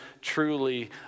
truly